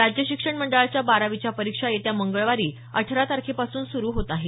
राज्य शिक्षण मंडळाच्या बारावीच्या परीक्षा येत्या मंगळवारी अठरा तारखेपासून सुरू होत आहेत